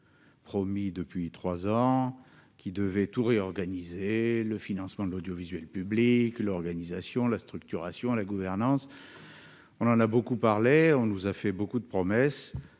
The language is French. promis depuis trois ans, qui devait tout réorganiser, du financement de l'audiovisuel public à son organisation, sa structuration et sa gouvernance. On en a beaucoup parlé, on nous a beaucoup promis,